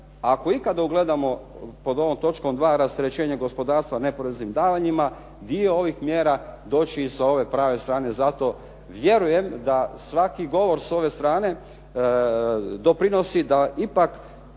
ako ikada ugledamo pod ovom točkom 2. Rasterećenje gospodarstva neporeznim davanjima, dio ovih mjera doći i sa ove prave strane. Zato vjerujem da svaki govor s ove strane doprinosi da ipak